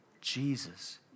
Jesus